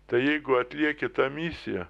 tai jeigu atlieki tą misiją